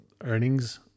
earnings